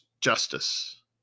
justice